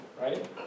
right